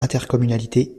intercommunalité